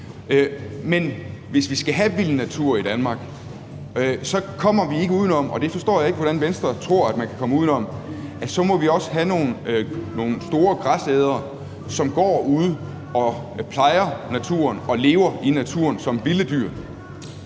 Men hvis vi skal have vild natur i Danmark, kommer vi ikke uden om – og det forstår jeg ikke at Venstre tror man kan komme uden om – at vi så også må have nogle store græsædere, som går ude og plejer naturen og lever i naturen som vilde dyr.